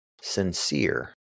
Sincere